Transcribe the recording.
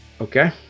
Okay